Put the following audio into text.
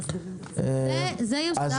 זה יוסדר בצו.